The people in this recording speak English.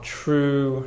true